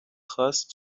خواست